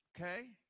okay